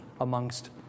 amongst